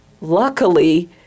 luckily